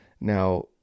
Now